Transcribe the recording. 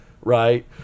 right